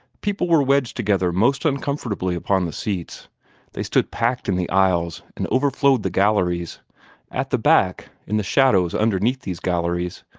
people were wedged together most uncomfortably upon the seats they stood packed in the aisles and overflowed the galleries at the back, in the shadows underneath these galleries,